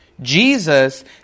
Jesus